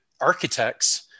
architects